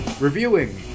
reviewing